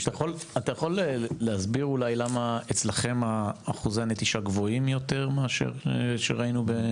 אתה יכול להסביר אולי למה אצלכם אחוזי הנטישה גבוהים יותר מאשר שראינו?